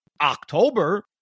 October